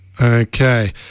Okay